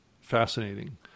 fascinating